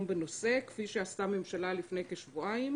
בנושא כפי שעשתה הממשלה לפני כשבועיים,